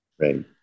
Right